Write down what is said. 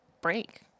break